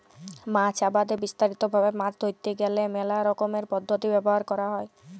মাছ আবাদে বিস্তারিত ভাবে মাছ ধরতে গ্যালে মেলা রকমের পদ্ধতি ব্যবহার ক্যরা হ্যয়